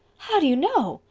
how do you know?